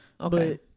okay